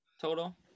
total